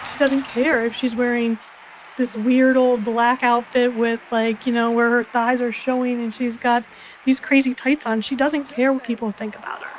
doesn't care if she's wearing this weird, old black outfit with, like you know, where her thighs are showing, and she's got these crazy tights on. she doesn't care what people think about